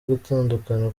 gutandukana